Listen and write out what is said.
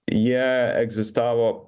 jie egzistavo